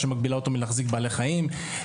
שמגביל אותו מלהחזיק בעלי חיים.